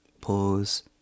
pause